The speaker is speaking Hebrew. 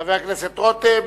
חבר הכנסת רותם,